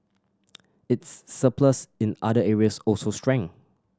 its surplus in other areas also shrank